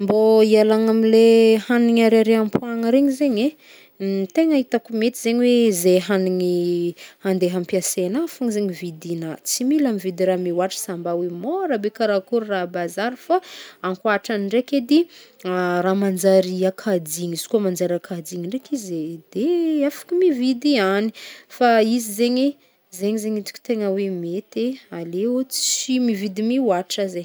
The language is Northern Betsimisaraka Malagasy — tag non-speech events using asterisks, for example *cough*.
Mbô hialagna amle hagnigny ariàriàm-poàgna regny zegny eh, *hesitation* tegna hitako mety zegny oe ze hagnigny *hesitation* andeh hampiasainah fôgna zegny vidinah, tsy mila mividy raha mihôatra sa mba oe môra be karakôry raha à bazary fô, ankoatrany ndreiky edy, *hesitation* raha manjary akajigny izy kô manjary akajigny ndreiky izy e. De afaka mividy iany, fa izy zegny, zegny zegny itako tegna hoe mety e aleo tsy mividy mihoatra ze.